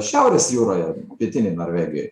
šiaurės jūroje pietinėj norvegijoj